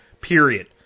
Period